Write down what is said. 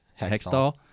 Hextall